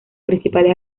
principales